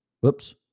Whoops